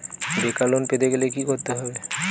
বেকার লোন পেতে গেলে কি করতে হবে?